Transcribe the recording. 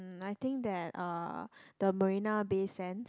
I think that uh the Marina-Bay-Sands